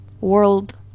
world